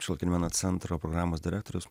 šiuolaikinio meno centro programos direktorius